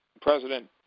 President